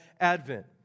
Advent